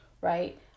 right